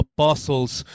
Apostles